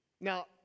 Now